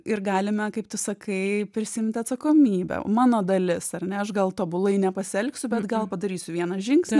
ir galime kaip tu sakai prisiimti atsakomybę mano dalis ar ne aš gal tobulai nepasielgsiu bet gal padarysiu vieną žingsnį